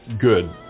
good